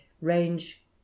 range